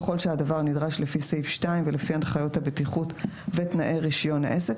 ככל שהדבר נדרש לפי סעיף 2 ולפי הנחיות הבטיחות ותנאי רישיון העסק.